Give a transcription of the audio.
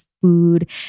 food